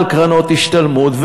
ולא הטלנו מע"מ על קרנות השתלמות,